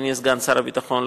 אדוני סגן שר הביטחון,